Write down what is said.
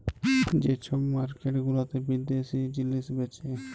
যে ছব মার্কেট গুলাতে বিদ্যাশি জিলিস বেঁচে